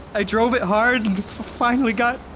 i drove it hard and finally got,